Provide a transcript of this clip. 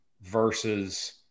versus